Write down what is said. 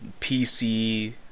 PC